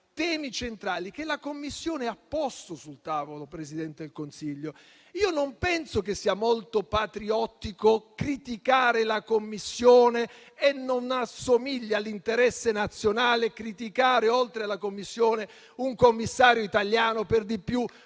temi centrali che la Commissione ha posto sul tavolo, signora Presidente del Consiglio. Io non penso che sia molto patriottico criticare la Commissione e non assomiglia all'interesse nazionale criticare, oltre alla Commissione, un commissario italiano, per di più